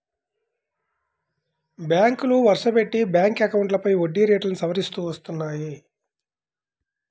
బ్యాంకులు వరుసపెట్టి బ్యాంక్ అకౌంట్లపై వడ్డీ రేట్లను సవరిస్తూ వస్తున్నాయి